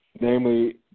namely